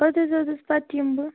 اَدٕ حظ اَدٕ حظ پتہٕ یمہٕ بہٕ